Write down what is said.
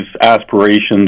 aspirations